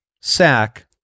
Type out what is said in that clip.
sack